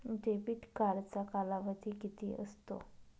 Debit कार्डचा कालावधी किती असतो?